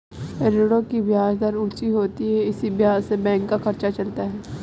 ऋणों की ब्याज दर ऊंची होती है इसी ब्याज से बैंक का खर्चा चलता है